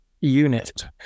unit